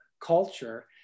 culture